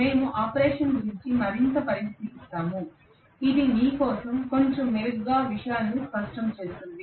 మేము ఆపరేషన్ గురించి మరింత పరిశీలిస్తాము ఇది మీ కోసం కొంచెం మెరుగ్గా విషయాలను స్పష్టం చేస్తుంది